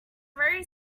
very